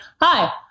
Hi